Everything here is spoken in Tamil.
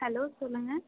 ஹலோ சொல்லுங்க